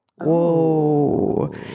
whoa